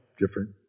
different